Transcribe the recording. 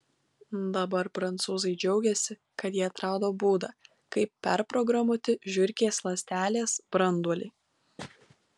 dabar prancūzai džiaugiasi kad jie atrado būdą kaip perprogramuoti žiurkės ląstelės branduolį